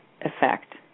effect